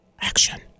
action